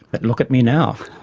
but look at me now.